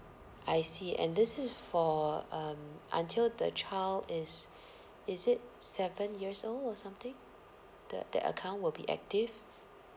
I see and this is for um until the child is is it seven years old or something the that account will be active